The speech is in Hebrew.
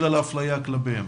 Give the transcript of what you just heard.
בגלל האפליה כלפיהם.